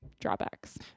Drawbacks